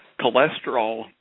cholesterol